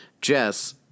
Jess